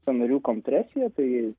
sąnarių kompresija tai